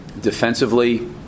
Defensively